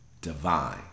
divine